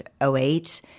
08